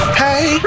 hey